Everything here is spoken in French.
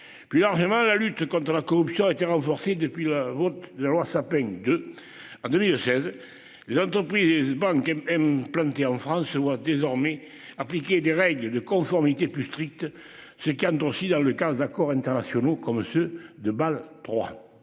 Plus largement, la lutte contre la corruption a été renforcée depuis le vote de la loi sapin de. Denis, 16. Les entreprises, banques et même planté en France doit désormais appliquer des règles de conformité plus strictes ces cantons aussi dans le cadre d'accords internationaux comme ceux de Bâle III